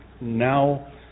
Now